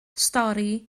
stori